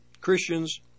Christians